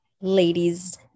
ladies